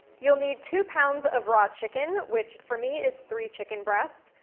you'll need two pounds of raw chicken, which, for me, is three chicken breasts,